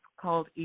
called